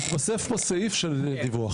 מתווסף פה סעיף של דיווח.